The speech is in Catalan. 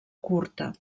curta